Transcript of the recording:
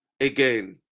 again